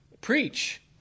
preach